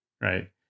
right